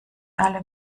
alle